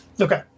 Okay